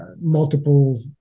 multiple